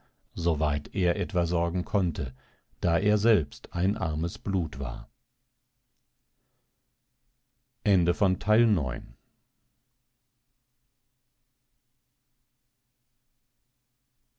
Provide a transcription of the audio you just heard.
soweit er etwa sorgen konnte da er selbst ein armes blut war